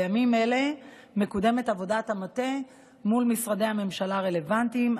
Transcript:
בימים אלה מקודמת עבודת המטה מול משרדי הממשלה הרלוונטיים,